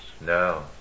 No